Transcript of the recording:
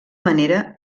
manera